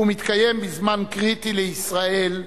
והוא מתקיים בזמן קריטי לישראל,